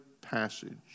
passage